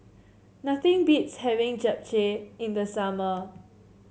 nothing beats having Japchae in the summer